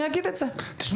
אני אגיד את זה,